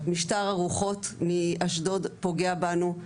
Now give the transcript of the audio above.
משטר הרוחות מאשדוד פוגע בנו.